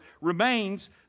remains